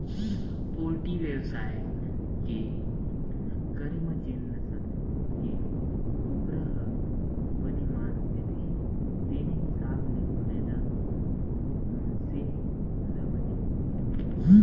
poultry बेवसाय के करे म जेन नसल के कुकरा ह बने मांस देथे तेने हिसाब ले फायदा मनसे ल बने होथे